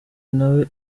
ntawe